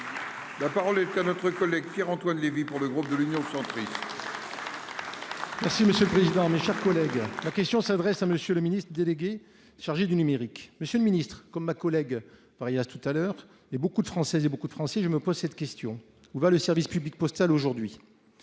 La parole est à notre collègue Pierre-Antoine Levi. Pour le groupe de l'Union centrer. Merci monsieur le président, mes chers collègues. Question s'adresse à Monsieur le Ministre délégué chargé du numérique. Monsieur le Ministre, comme ma collègue, Paris à tout à l'heure et beaucoup de Français et beaucoup de Français, je me pose cette question, où va le service public postal aujourd'hui.